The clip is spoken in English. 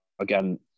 again